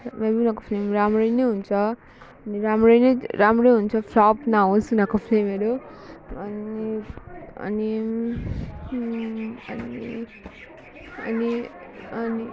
may be उनीहरूको film राम्रै नै हुन्छ अनि राम्रै नै राम्रो हुन्छ फ्लप नहोस् उनीहरूको फिल्महरू अनि अनि अनि अनि अनि